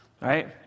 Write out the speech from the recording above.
right